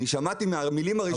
אני שמעתי מהמילים הראשונות שלך.